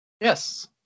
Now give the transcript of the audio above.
Yes